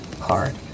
hard